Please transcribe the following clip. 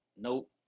nope